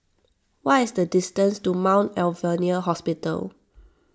what is the distance to Mount Alvernia Hospital